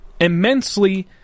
immensely